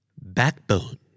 Backbone